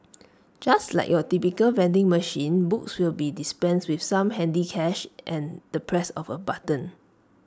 just like your typical vending machine books will be dispensed with some handy cash and the press of A button